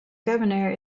governor